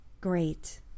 great